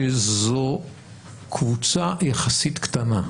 שזו קבוצה יחסית קטנה,